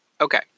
Okay